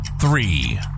three